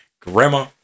Grandma